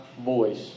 voice